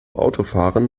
autofahren